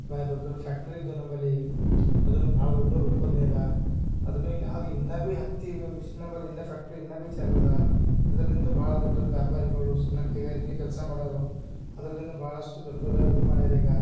ಮೇಲೆ ದೊಡ್ಡ ದೊಡ್ಡ ಫ್ಯಾಕ್ಟ್ರಿ ಇದ್ದೋ ನಂಬಲ್ಲಿ ಅದು ಭಾಳ ದೊಡ್ಡ ಉತ್ಪಾದನೆ ಅದಾ ಅದನ್ನು ಇನ್ನು ಅದು ಇನ್ನು ಬಿ ಹತ್ತಿ ಮಿಷಿನ್ ನಂಬಲ್ಲಿ ಇನ್ನು ಫ್ಯಾಕ್ಟ್ರಿ ಇನ್ನು ಬಿ ಚಾಲು ಅದೆ ಅದರಿಂದ ಭಾಳ ದೊಡ್ಡ ದೊಡ್ಡ ವ್ಯಾಪಾರಿಗಳು ಸಣ್ಣ ಕೈಗಾರಿಕೆ ಕೆಲಸ ಮಾಡೋವ್ರು ಅದರಿಂದ್ ಭಾಳಷ್ಟು ದೊಡ್ಡ ದೊಡ್ಡೋವ್ರ್ ಇದು ಮಾಡ್ಯಾರೀಗ